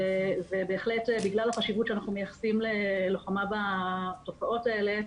בגלל החשיבות שאנחנו מייחסים ללוחמה בתופעות האלה,